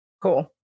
cool